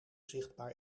zichtbaar